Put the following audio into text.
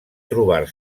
trobar